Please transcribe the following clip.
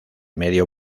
medio